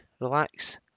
relax